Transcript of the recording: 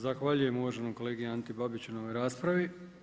Zahvaljujem uvaženom kolegi Anti Babiću na ovoj raspravi.